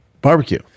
barbecue